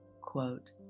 quote